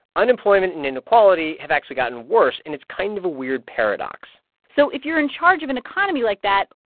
unemployment and inequality have actually gotten worse. and it's kind of a weird paradox so if you're in charge of an economy like that,